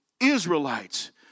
Israelites